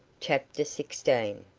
chapter sixteen.